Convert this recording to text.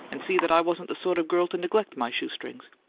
and see that i wasn't the sort of girl to neglect my shoe-strings.